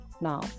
now